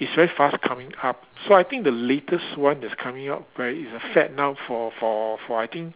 it's very fast coming up so I think the latest one that's coming up right is a fad now for for for I think